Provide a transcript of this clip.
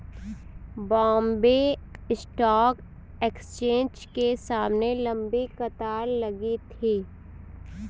Bombay stock exchange के सामने लंबी कतार लगी थी